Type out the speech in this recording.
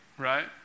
Right